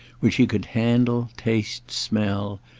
which he could handle, taste, smell,